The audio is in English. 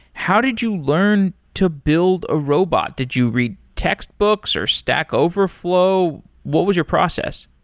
how did you learn to build a robot? did you read textbooks or stack overflow? what was your process?